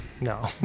No